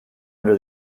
under